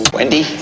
Wendy